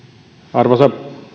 arvoisa